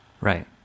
Right